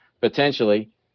potentially